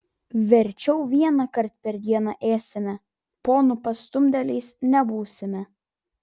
verčiau vienąkart per dieną ėsime ponų pastumdėliais nebūsime